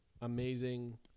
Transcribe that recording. amazing